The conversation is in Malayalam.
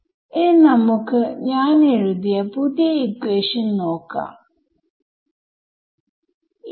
നമ്മൾ എന്താണ് ചെയ്യാൻ പോവുന്നത് എന്ന് വെച്ചാൽ നമുക്ക് നിസ്സാരമായ ഉദാഹരണം നോക്കാം അതിന്റെ ശരിക്കുമുള്ള സൊല്യൂഷൻഎനിക്ക് അറിയാം